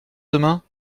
demain